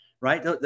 right